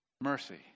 mercy